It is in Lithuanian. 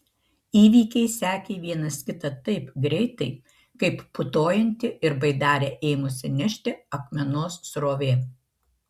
įvykiai sekė vienas kitą taip greitai kaip putojanti ir baidarę ėmusi nešti akmenos srovė